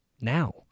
now